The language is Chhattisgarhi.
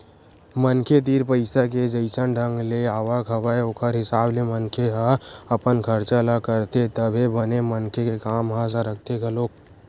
मनखे तीर पइसा के जइसन ढंग ले आवक हवय ओखर हिसाब ले मनखे ह अपन खरचा ल करथे तभे बने मनखे के काम ह सरकथे घलोक